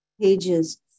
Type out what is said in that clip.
pages